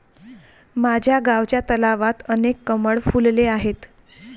माझ्या गावच्या तलावात अनेक कमळ फुलले आहेत